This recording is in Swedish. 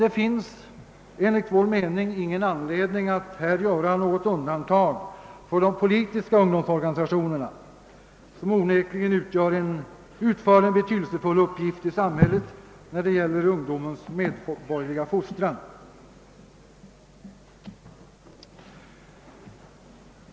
Det finns enligt vår mening ingen anledning att här göra något undantag för de politiska ungdomsorganisationerna, som onekligen utför en betydelsefull uppgift i samhället när det gäller ungdomens medborgerliga fostran.